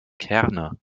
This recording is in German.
kerne